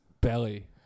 belly